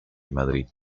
madrid